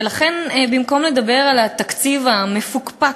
ולכן, במקום לדבר על התקציב המפוקפק,